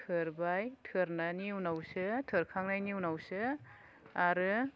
थोरबाय थोरनायनि उनावसो थोरखांनायनि उनावसो आरो